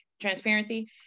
transparency